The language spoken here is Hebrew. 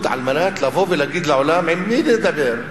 הפילוג על מנת לבוא ולהגיד לעולם: עם מי נדבר,